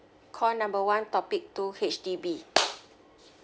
call number one topic two H_D_B